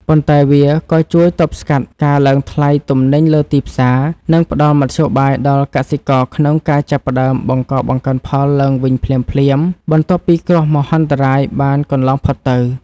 ប៉ុន្តែវាក៏ជួយទប់ស្កាត់ការឡើងថ្លៃទំនិញលើទីផ្សារ និងផ្តល់មធ្យោបាយដល់កសិករក្នុងការចាប់ផ្តើមបង្កបង្កើនផលឡើងវិញភ្លាមៗបន្ទាប់ពីគ្រោះមហន្តរាយបានកន្លងផុតទៅ។